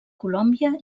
colòmbia